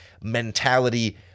mentality